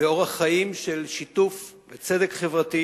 באורח חיים של שיתוף וצדק חברתי,